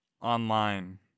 online